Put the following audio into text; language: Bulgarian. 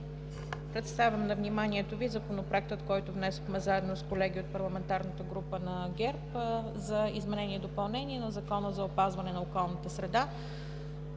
представям на вниманието Ви Законопроекта, който внесохме заедно с колеги от парламентарната група на ГЕРБ, за изменение и допълнение на Закона за опазване на околната среда